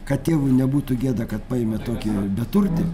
kad tėvui nebūtų gėda kad paėmė tokį beturtį